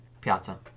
Piazza